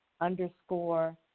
underscore